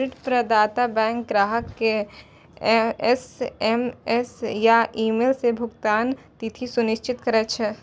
credit प्रदाता bank ग्राहक कें एस.एम.एस या ईमेल सं बिल भुगतानक तिथि सूचित करै छै